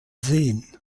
seen